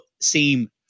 seem